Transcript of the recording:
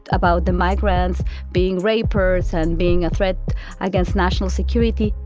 about the migrants being rapers and being a threat against national security.